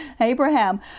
Abraham